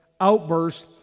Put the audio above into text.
outbursts